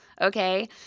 okay